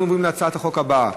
אנחנו עוברים להצעת החוק הבאה,